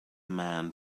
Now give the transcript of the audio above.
man